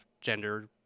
gender